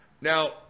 Now